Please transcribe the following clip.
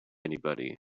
anybody